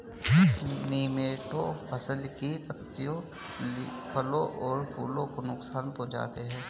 nematode फसल की पत्तियों फलों और फूलों को नुकसान पहुंचाते हैं